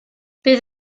bydd